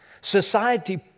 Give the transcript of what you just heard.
society